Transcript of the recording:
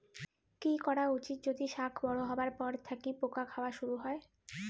কি করা উচিৎ যদি শাক বড়ো হবার পর থাকি পোকা খাওয়া শুরু হয়?